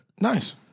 nice